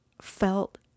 felt